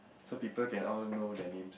so people can all know their name